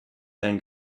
then